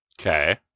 Okay